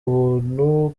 ubuntu